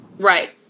Right